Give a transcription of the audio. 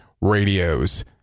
radios